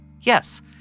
Yes